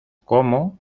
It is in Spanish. como